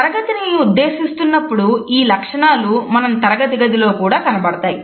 తరగతిని ఉద్దేశిస్తూ ఉన్నప్పుడు ఈ లక్షణాలు మన తరగతి గదిలో కూడా కనబడతాయి